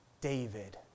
David